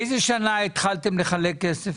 באיזה שנה התחלתם לחלק כסף?